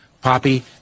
poppy